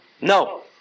No